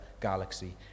galaxy